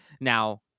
Now